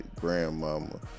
grandmama